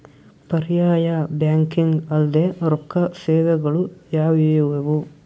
ಪರ್ಯಾಯ ಬ್ಯಾಂಕಿಂಗ್ ಅಲ್ದೇ ರೊಕ್ಕ ಸೇವೆಗಳು ಯಾವ್ಯಾವು?